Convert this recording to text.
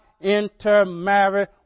intermarry